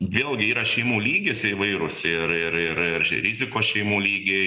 vėlgi yra šeimų lygis įvairus ir ir ir ir rizikos šeimų lygiai